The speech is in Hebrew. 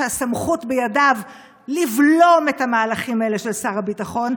שהסמכות בידיו לבלום את המהלכים האלה של שר הביטחון,